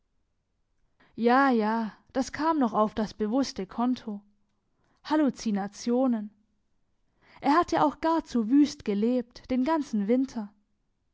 ja ja das kam noch auf das bewusste konto hallucinationen er hatte auch gar zu wüst gelebt den ganzen winter